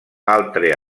altre